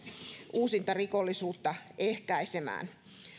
uusintarikollisuutta ehkäisemään